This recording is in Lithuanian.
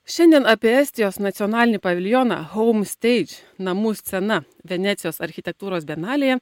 šiandien apie estijos nacionalinį paviljoną haum steidž namų scena venecijos architektūros bienalėje